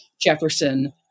Jefferson